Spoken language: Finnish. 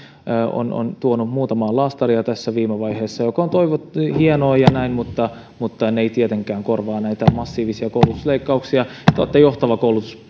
on että se on tuonut muutamaa laastaria tässä viime vaiheessa mikä on hienoa ja näin mutta mutta ne eivät tietenkään korvaa näitä massiivisia koulutusleikkauksia te olette johtava